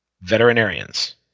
Veterinarians